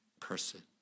person